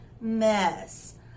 mess